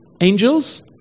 angels